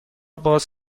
باز